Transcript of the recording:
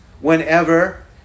whenever